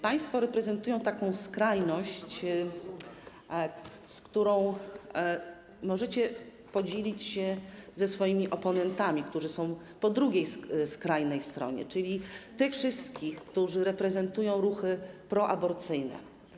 Państwo reprezentują taką skrajność, którą możecie podzielić się ze swoimi oponentami, którzy są po drugiej skrajnej stronie, czyli tymi wszystkimi, którzy reprezentują ruchy proaborcyjne.